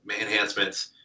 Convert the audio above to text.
enhancements